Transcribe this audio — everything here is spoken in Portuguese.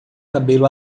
cabelo